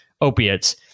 opiates